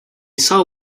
saw